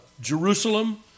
Jerusalem